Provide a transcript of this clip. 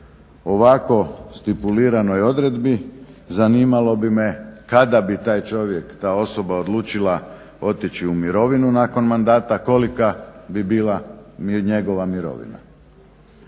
ovako stipuliranoj odredbi zanimalo bi me kada bi taj čovjek, ta osoba odlučila otići u mirovinu nakon mandata, kolika bi bila njegova mirovina.